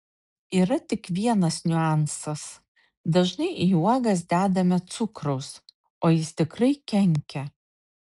yra tik vienas niuansas dažnai į uogas dedame cukraus o jis tikrai kenkia